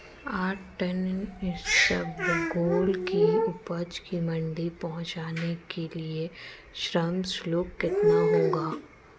आठ टन इसबगोल की उपज को मंडी पहुंचाने के लिए श्रम शुल्क कितना होगा?